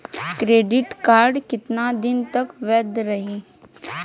Credit card कितना दिन तक वैध रही?